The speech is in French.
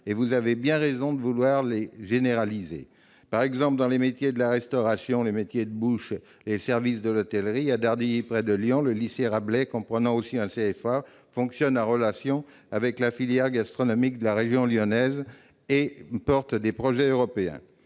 Vous avez bien raison de vouloir les généraliser. Par exemple, dans les métiers de la restauration, les métiers de bouche et de l'hôtellerie, à Dardilly, près de Lyon, le lycée Rabelais, qui comprend aussi un CFA, fonctionne en relation avec la filière gastronomique de la région lyonnaise et porte des projets européens.